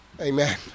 Amen